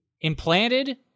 implanted